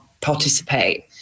participate